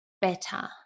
better